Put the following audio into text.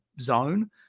zone